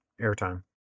airtime